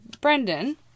Brendan